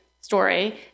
story